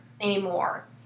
anymore